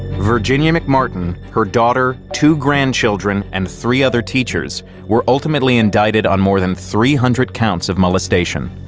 virginia mcmartin, her daughter, two grandchildren, and three other teachers were ultimately indicted on more than three hundred counts of molestation.